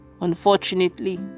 Unfortunately